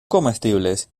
comestibles